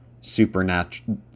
supernatural